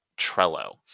Trello